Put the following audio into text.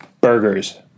Burgers